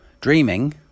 dreaming